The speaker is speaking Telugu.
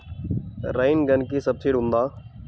రైన్ గన్కి సబ్సిడీ ఉందా?